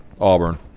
Auburn